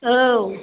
औ